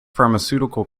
pharmaceutical